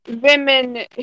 women